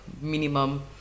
minimum